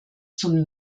zum